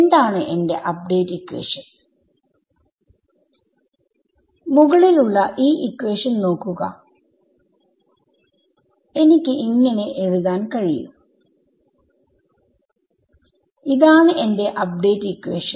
എന്താണ് എന്റെ update equation മുകളിൽ ഉള്ള ഈ ഇക്വേഷൻ നോക്കുക എനിക്ക് ഇങ്ങനെ എഴുതാൻ കഴിയും ഇതാണ് എന്റെ അപ്ഡേറ്റ് ഇക്വേഷൻ